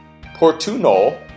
portunol